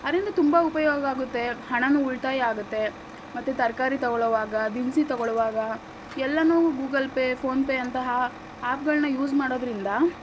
ಅದ್ರಿಂದ ತುಂಬ ಉಪಯೋಗ ಆಗುತ್ತೆ ಹಣನು ಉಳಿತಾಯ ಆಗುತ್ತೆ ಮತ್ತೆ ತರಕಾರಿ ತಗೋಳ್ಳುವಾಗ ದಿನಸಿ ತಗೋಳ್ಳುವಾಗ ಎಲ್ಲಾ ಗೂಗಲ್ ಪೇ ಫೋನ್ಪೇ ಅಂತಹ ಆ್ಯಪ್ಗಳನ್ನ ಯೂಸ್ ಮಾಡೋದರಿಂದ